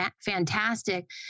fantastic